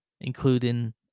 Including